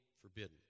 forbidden